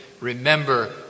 Remember